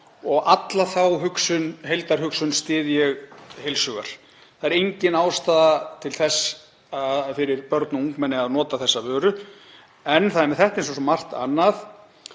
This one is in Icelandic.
Alla þá heildarhugsun styð ég heils hugar. Það er engin ástæða til þess fyrir börn og ungmenni að nota þessa vöru. En það er með þetta eins og svo margt annað,